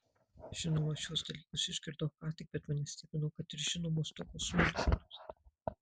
žinoma šiuos dalykus išgirdau ką tik bet mane stebino kad ir žinomos tokios smulkmenos